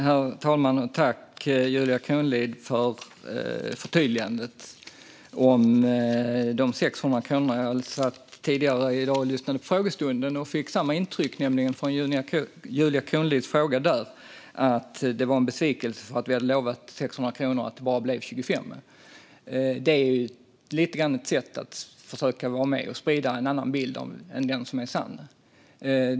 Herr talman! Jag tackar Julia Kronlid för förtydligandet om de 600 kronorna. Jag satt tidigare i dag och lyssnade på frågestunden, och jag fick samma intryck av Julia Kronlids fråga att det var en besvikelse att utlovade 600 kronor bara blev 25 kronor. Det är lite grann ett sätt att sprida en annan bild än den sanna.